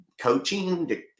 coaching